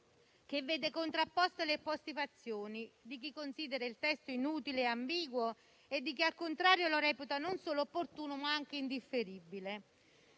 che vede contrapposte le fazioni di chi considera il testo inutile e ambiguo e di chi, al contrario, lo reputa non solo opportuno ma anche indifferibile.